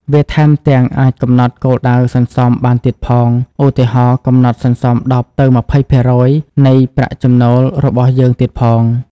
វាថែមទាំង អាចកំណត់គោលដៅសន្សំបានទៀតផង ឧទាហរណ៍ កំណត់សន្សំ ១០ ទៅ ២០% នៃប្រាក់ចំណូលរបស់យើងទៀតផង។